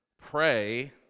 pray